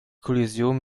kollision